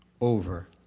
over